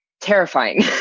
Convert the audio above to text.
terrifying